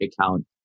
account